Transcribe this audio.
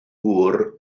gŵr